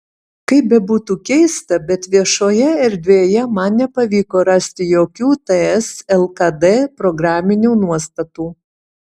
kaip bebūtų keista bet viešoje erdvėje man nepavyko rasti jokių ts lkd programinių nuostatų